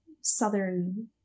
southern